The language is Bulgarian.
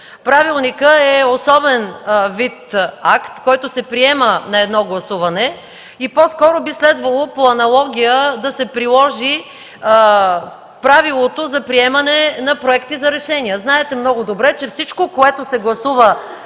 Правилникът е особен вид акт, който се приема на едно гласуване и по-скоро би следвало по аналогия да се приложи правилото за приемане на проекти за решения. Знаете много добре, че всичко, което се гласува